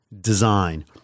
design